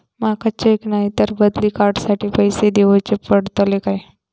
माका चेक नाय तर बदली कार्ड साठी पैसे दीवचे पडतले काय?